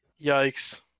yikes